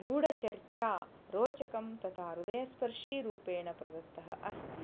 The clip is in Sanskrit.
गूढचर्चा रोचकं तथा हृदयस्पर्शिरूपेण प्रदत्तः अस्ति